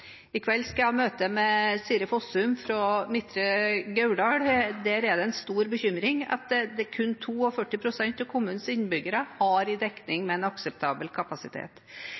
I kveld skal jeg ha møte med Siri Fossum fra Midtre Gauldal. Der er det en stor bekymring at kun 42 pst. av kommunens innbyggere har dekning med akseptabel kapasitet.